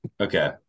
okay